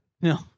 No